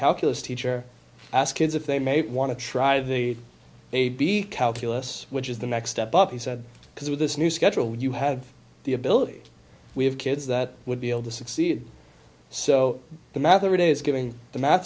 calculus teacher ask if they may want to try the baby calculus which is the next step up he said because with this new schedule you have the ability we have kids that would be able to succeed so the math of it is giving the math